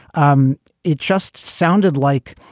um it just sounded like,